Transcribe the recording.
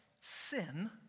sin